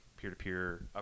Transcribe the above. peer-to-peer